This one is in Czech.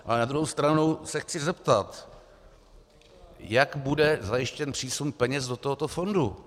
Na druhou stranu se ale chci zeptat: Jak bude zajištěn přísun peněz do tohoto fondu?